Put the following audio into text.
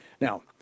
Now